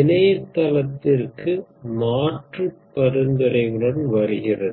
இணையதளத்திற்கு மாற்று பரிந்துரைகளுடன் வருகிறது